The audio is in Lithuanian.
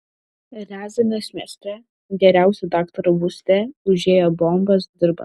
riazanės mieste geriausio daktaro būste užėję bombas dirbant